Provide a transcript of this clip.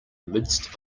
midst